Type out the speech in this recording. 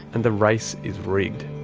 and the race is rigged.